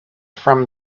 from